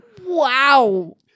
Wow